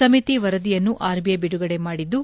ಸಮಿತಿ ವರದಿಯನ್ನು ಆರ್ಬಿಐ ಬಿಡುಗಡೆ ಮಾಡಿದ್ದು